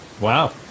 Wow